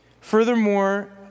Furthermore